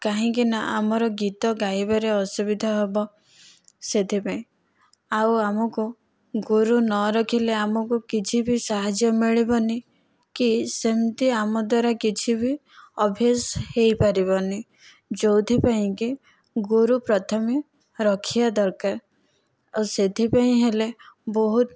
କାହିଁକିନା ଆମର ଗୀତ ଗାଇବାରେ ଅସୁବିଧା ହେବ ସେଥିପାଇଁ ଆଉ ଆମକୁ ଗୁରୁ ନରଖିଲେ ଆମକୁ କିଛି ବି ସାହାଯ୍ୟ ମିଳିବ ନାହିଁ କି ସେମିତି ଆମ ଦ୍ୱାରା କିଛି ବି ଅଭ୍ୟାସ ହୋଇପାରିବ ନାହିଁ ଯେଉଁଥିପାଇଁକି ଗୁରୁ ପ୍ରଥମେ ରଖିବା ଦରକାର ଆଉ ସେଥିପାଇଁ ହେଲେ ବହୁତ